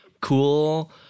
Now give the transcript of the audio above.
Cool